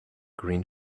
green